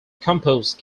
composed